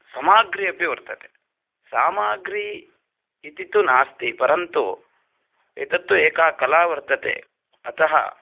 सामग्री अपि वर्तते सामग्री इति तु नास्ति परन्तु एतत्तु एका कला वर्तते अतः